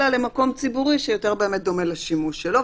אלא למקום ציבורי שיותר דומה לשימוש שלו,